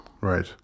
Right